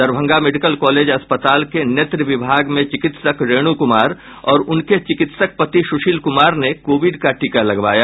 Darbhanga medical college अस्पताल के नेत्र विभाग में चिकित्सक रेणु कुमार और उनके चिकित्सक पति सुशील कुमार ने कोविड का टीका लगवाया